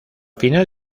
final